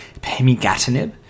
Pemigatinib